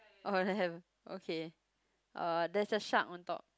oh then have okay uh there's a shark on top